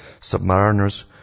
submariners